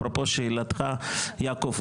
אפרופו שאלתך יעקב,